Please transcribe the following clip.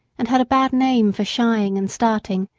and had a bad name for shying and starting,